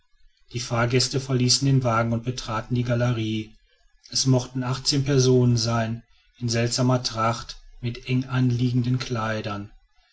die fahrgäste verließen den wagen und betraten die galerie es mochten achtzehn personen sein in seltsamer tracht mit eng anliegenden kleidern